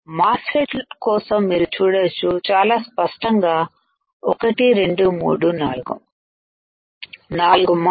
mass ఫెట్కోసం మీరు చూడొచ్చు చాలా స్పష్టంగా 12344మాస్క్